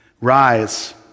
Rise